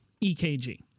ekg